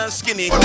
skinny